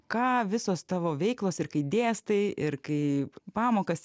ką visos tavo veiklos ir kai dėstai ir kai pamokas